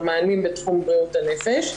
או מענים בתחום בריאות הנפש.